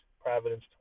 Providence